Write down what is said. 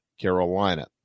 Carolina